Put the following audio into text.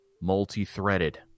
multi-threaded